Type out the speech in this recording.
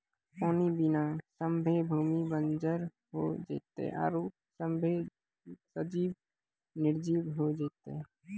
पानी बिना सभ्भे भूमि बंजर होय जेतै आरु सभ्भे सजिब निरजिब होय जेतै